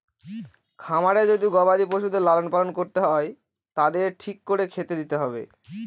খামারে যদি গবাদি পশুদের লালন পালন করতে হয় তাদের ঠিক করে খেতে দিতে হবে